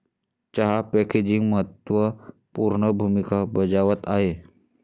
चहा पॅकेजिंग महत्त्व पूर्ण भूमिका बजावत आहे